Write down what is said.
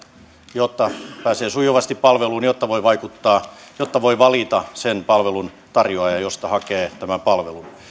jotta pääsee sujuvasti palveluun jotta voi vaikuttaa jotta voi valita sen palveluntarjoajan josta hakee tämän palvelun